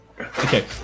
okay